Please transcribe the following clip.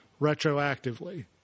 retroactively